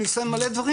אני עושה מלא דברים,